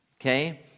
okay